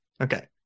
okay